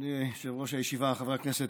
אדוני יושב-ראש הישיבה, חברי הכנסת,